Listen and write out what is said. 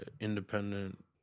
independent